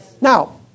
Now